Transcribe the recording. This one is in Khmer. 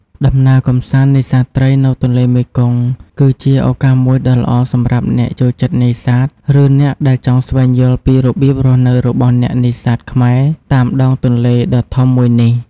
ដំណើរកម្សាន្តនេសាទត្រីនៅទន្លេមេគង្គ គឺជាឱកាសមួយដ៏ល្អសម្រាប់អ្នកចូលចិត្តនេសាទ ឬអ្នកដែលចង់ស្វែងយល់ពីរបៀបរស់នៅរបស់អ្នកនេសាទខ្មែរតាមដងទន្លេដ៏ធំមួយនេះ។